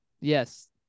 Yes